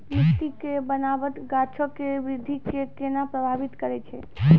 मट्टी के बनावट गाछो के वृद्धि के केना प्रभावित करै छै?